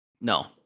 No